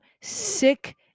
sick